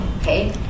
okay